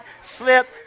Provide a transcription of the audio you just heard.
slip